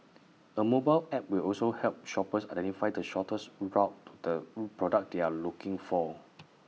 A mobile app will also help shoppers identify the shortest route to the product they are looking for